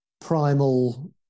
primal